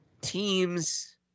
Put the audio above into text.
teams